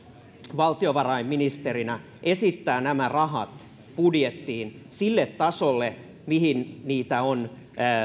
valtiovarainministerinä esittää nämä rahat budjettiin sille tasolle mihin niitä on